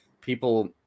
people